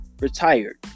retired